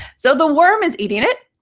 so the worm is eating it.